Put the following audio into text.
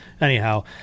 anyhow